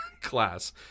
class